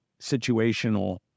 situational